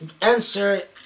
answer